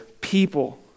people